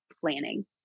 planning